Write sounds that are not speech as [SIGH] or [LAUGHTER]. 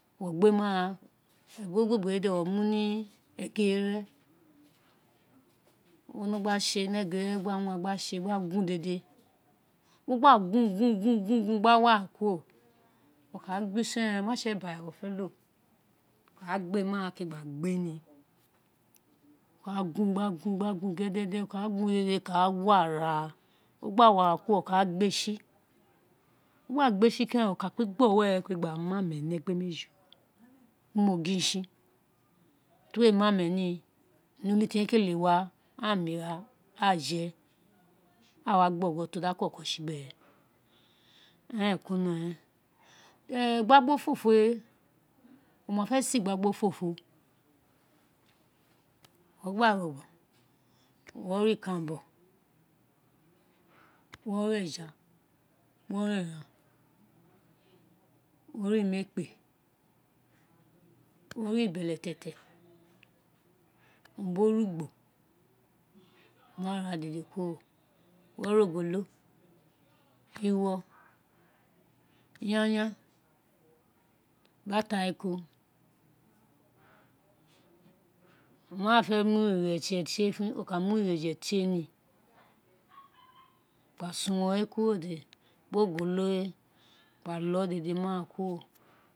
We gbe mara egun obobo we de wo gbe ni egere, mo no gba se ni egere, gba gbo mi gba se gba gun dede, o kaa ra, o kaa gbo mi, omi we ke, di wo lo gbe gue pot we, wo wa da omi ni, ogolo ti wo lo gba ko ni esete we keren wo wa kpe da omi gba gbi ikuye gba se dede jinrin jirin gba yo ni omi pot we teri ibu di o ka wi abe ro, di ibu we ma wo ino ogolo ti wo lo, egua-obobo we wo ka gbe ni egere wo ka gun wa wa gun gun gun, okaa wo ara, o ma wo ara kuro wo ka gbe si, di uwo gba gbe si wo ka, gba ewo gba mu ame ni egbele meji ro, bi mo gin si ira ti uwo mu eme ni, inoli ti mo kele wa, aghan ee wa je aa mu ewo mu too, di aghan koko si gbere igbagba ofofo we [HESITATION] wo wa ra ikara ubo, wo ra eja, wo ra [HESITATION] wo ra imekpe, wo ra bele tietie [NOISE] biri orugbo, ino wa ra dede kuro, mo ra ogolo, iwo, yanyan, atariko [HESITATION] wo wa mu ighereje wo ka son wo we biri ogolo we gba lo dede ni ara kuro.